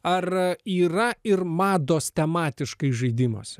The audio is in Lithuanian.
ar yra ir mados tematiškai žaidimuose